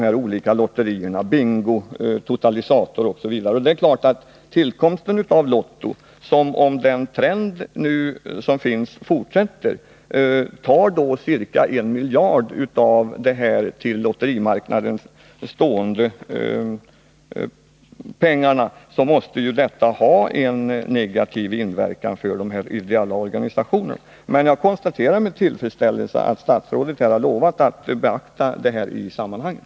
Med Libyen har Sverige inlett ett uppmärksammat samarbete innefattande såväl materielleveranser som utbildning av personal inom radarområdet. Den affären har bl.a. föranlett konsitutionsutskottet till en granskning. Har Libyens uttalade stöd till det krigförande Iran föranlett någon omprövning eller annan åtgärd från handelsministerns eller krigsmaterielinspektionens sida när det gäller svensk krigsmaterielexport till Libyen?